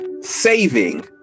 saving